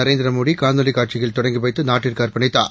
நரேந்திரமோடிகாணொலிகாட்சிவாயிளகதொடங் கிவைத்து நாட்டுக்குஅர்ப்பணித்தார்